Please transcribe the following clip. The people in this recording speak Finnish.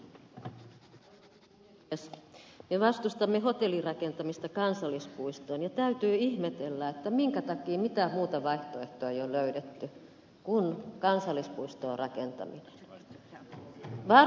me vastustamme hotellirakentamista kansallispuistoon ja täytyy ihmetellä minkä takia mitään muuta vaihtoehtoa ei ole löydetty kuin kansallispuistoon rakentaminen